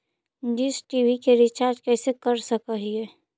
Dish TV के रिचार्ज कैसे कर सक हिय?